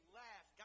laugh